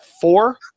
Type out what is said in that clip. four